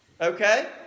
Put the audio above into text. Okay